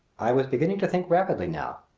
i was beginning to think rapidly now.